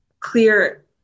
clear